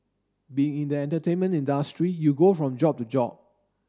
being in the entertainment industry you go from job to job